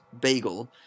bagel